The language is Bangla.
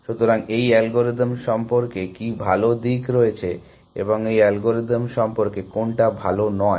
সুতরাং এই অ্যালগরিদম সম্পর্কে কী ভাল দিক রয়েছে এবং এই অ্যালগরিদম সম্পর্কে কোনটা ভাল নয়